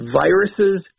viruses